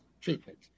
treatment